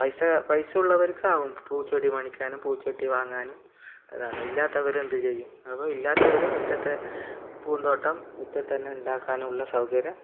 പൈസ പൈസ ഉള്ളവരിക്കാകും പൂ ചെടി മേടിക്കാനും പൂച്ചട്ടി വാങ്ങാനും സ്ഥലമില്ലാത്തവർ എന്ത് ചെയ്യും അപ്പോൾ ഇല്ലാത്തവരും മിറ്റത്തെ പൂന്തോട്ടം മിറ്റത്ത് തന്നെ ഉണ്ടാക്കാനുള്ള സൗകര്യം